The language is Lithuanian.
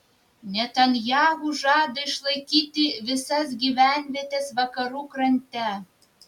netanyahu žada išlaikyti visas gyvenvietes vakarų krante